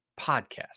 Podcast